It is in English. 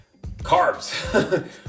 carbs